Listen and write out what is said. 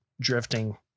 drifting